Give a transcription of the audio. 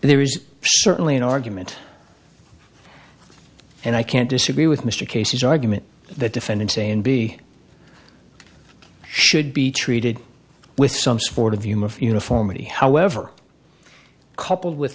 there is certainly an argument and i can't disagree with mr cases argument that defendants a and b should be treated with some sort of human uniformity however coupled with